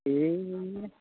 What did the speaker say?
ए